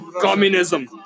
Communism